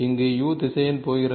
இங்கே u திசையன் போகிறது